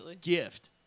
gift